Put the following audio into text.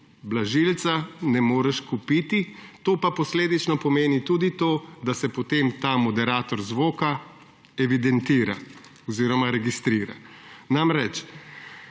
blažilca – ne moreš kupiti. To pa posledično pomeni tudi to, da se, potem ta moderator zvoka evidentira oziroma registrira. Če